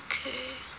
okay